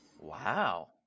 Wow